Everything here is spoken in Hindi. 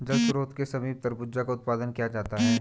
जल स्रोत के समीप तरबूजा का उत्पादन किया जाता है